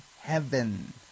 heaven